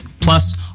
Plus